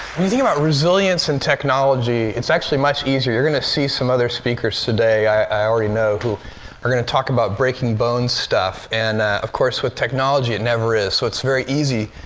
you think about resilience and technology it's actually much easier. you're going to see some other speakers today, i already know, who are going to talk about breaking-bones stuff, and, of course, with technology it never is. so it's very easy,